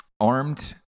armed